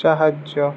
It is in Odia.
ସାହାଯ୍ୟ